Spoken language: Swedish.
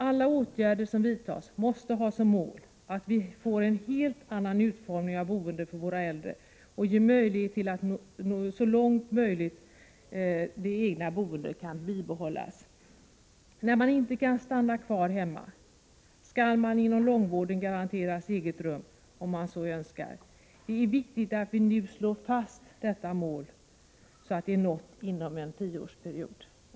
Alla åtgärder som vidtas måste ha som mål att vi får en helt annan utformning av boendet för våra äldre och att så långt möjligt det egna boendet kan behållas. När man inte kan stanna kvar hemma, skall man inom långvården garanteras eget rum, om man så önskar. Det är viktigt att vi nu slår fast detta mål, så att det är nått inom en tioårsperiod.